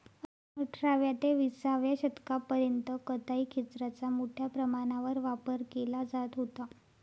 अठराव्या ते विसाव्या शतकापर्यंत कताई खेचराचा मोठ्या प्रमाणावर वापर केला जात होता